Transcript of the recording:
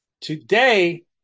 today